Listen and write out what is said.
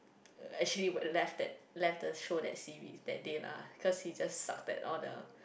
actually left that left the show that see we that day lah cause she just start that all the